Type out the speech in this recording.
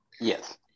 yes